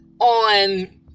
on